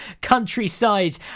countryside